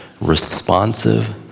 responsive